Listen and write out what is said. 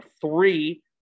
three